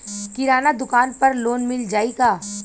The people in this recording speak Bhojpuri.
किराना दुकान पर लोन मिल जाई का?